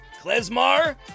klezmar